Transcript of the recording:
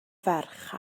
ferch